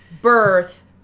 birth